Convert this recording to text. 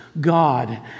God